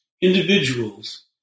individuals